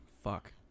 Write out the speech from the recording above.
Fuck